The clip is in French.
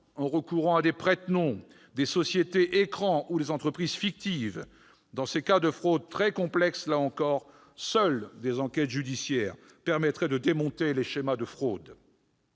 en recourant à des prête-noms, des sociétés-écrans ou des entreprises fictives. Dans ces cas de fraudes très complexes, là encore, seules des enquêtes judiciaires permettraient de démonter les schémas de fraude.